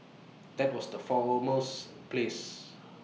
that was the for most place